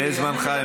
זה זמנך.